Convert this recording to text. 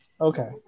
Okay